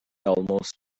almost